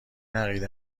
عقیده